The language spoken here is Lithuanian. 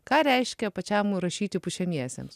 ką reiškia pačiam rašyti pučiamiesiems